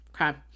Okay